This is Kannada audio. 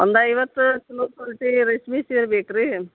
ಒಂದು ಐವತ್ತು ಚೊಲೋ ಕ್ವಾಲ್ಟಿ ರೇಷ್ಮೆ ಸೀರೆ ಬೇಕ್ ರೀ